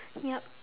yup